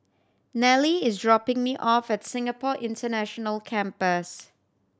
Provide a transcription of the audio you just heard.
Nelie is dropping me off at Singapore International Campus